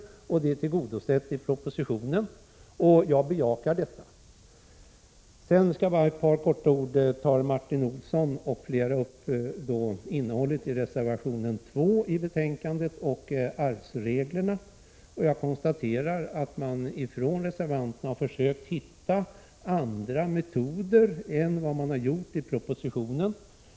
De önskemålen har blivit tillgodosedda i propositionen, och jag bejakar det. Martin Olsson m.fl. har här tagit upp innehållet i reservation 2 om arvsreglerna. Reservanterna har försökt hitta andra metoder än vad man har gjort i propositionen.